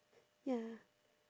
ya